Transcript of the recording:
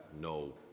no